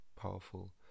powerful